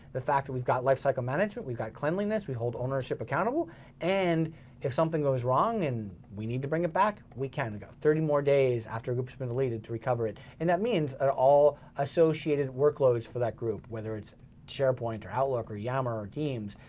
the fact that we've got lifecycle management, we've got cleanliness, we hold ownership accountable and if something goes wrong and we need to bring it back, we can, they've got thirty more days after a group's been deleted to recover it. and that means that all associated workloads for that group, whether it's sharepoint, or outlook, or yammer, or teams,